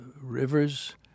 rivers